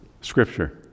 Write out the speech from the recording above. Scripture